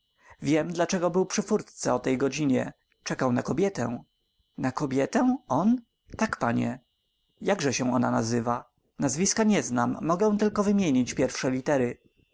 wiem dlaczego był przy furtce o tej godzinie czekał na kobietę na kobietę on tak panie jakże się ona nazywa nazwiska nie znam mogę tylko wymienić pierwsze litery